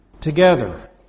together